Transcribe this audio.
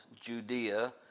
Judea